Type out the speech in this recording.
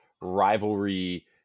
rivalry